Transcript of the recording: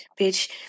Bitch